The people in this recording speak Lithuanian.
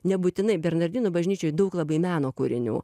nebūtinai bernardinų bažnyčioj daug labai meno kūrinių